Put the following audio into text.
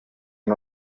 and